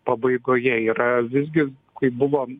pabaigoje yra visgi kai buvo